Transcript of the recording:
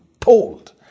told